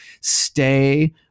stay